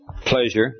pleasure